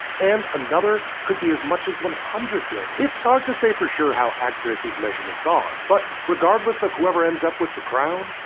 and another could be as much as one hundred billion! it's hard to say for sure how accurate these measurements are. but regardless of whoever ends up with the crown,